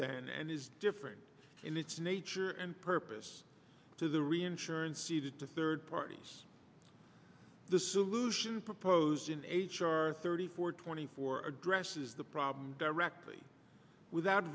than and is different in its nature and purpose to the reinsurance ceded to third parties the solution proposed in h r thirty four twenty four addresses the problem directly without